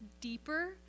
deeper